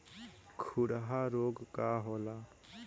खुरहा रोग का होला?